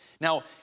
Now